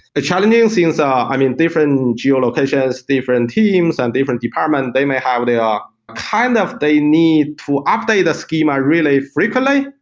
the challenging and since, um i mean, different geolocations, different teams and different department, they may have the um kind of they need to update the schema really frequently,